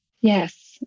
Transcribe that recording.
Yes